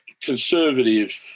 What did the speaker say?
Conservative